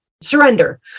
surrender